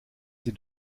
sie